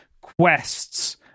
quests